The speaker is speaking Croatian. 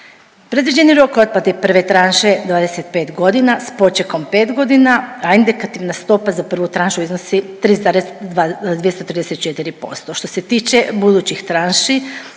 Predviđen je rok otplate prve tranše 25 godina s počekom 5 godina, a indikativna stopa za prvu tranšu iznosi 3,234%. Što se tiče budućih tranši,